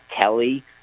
Kelly